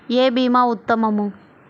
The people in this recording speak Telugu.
ఏ భీమా ఉత్తమము?